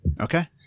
Okay